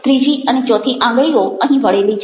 ત્રીજી અને ચોથી આંગળીઓ અહીં વળેલી છે